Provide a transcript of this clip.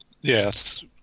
Yes